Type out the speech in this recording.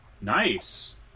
Nice